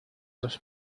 los